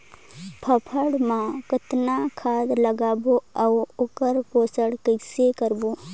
फाफण मा कतना खाद लगाबो अउ ओकर पोषण कइसे करबो?